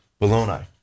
Baloney